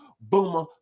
Boomer